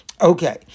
Okay